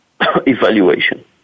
evaluation